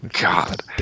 God